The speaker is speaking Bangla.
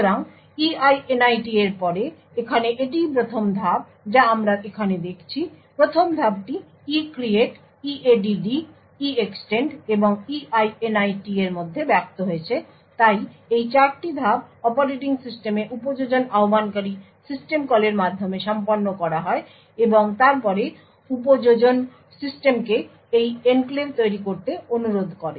সুতরাং EINIT এর পরে এখানে এটিই প্রথম ধাপ যা আমরা এখানে দেখছি প্রথম ধাপটি ECREATE EADD EEXTEND এবং EINIT এর মধ্যে ব্যক্ত হয়েছে তাই এই 4টি ধাপ অপারেটিং সিস্টেমে উপযোজন আহ্বানকারী সিস্টেম কলের মাধ্যমে সম্পন্ন করা হয় এবং তারপরে উপযোজন সিস্টেমকে এই এনক্লেভ তৈরি করতে অনুরোধ করে